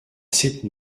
cette